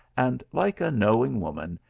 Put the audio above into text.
and like a knowing woman,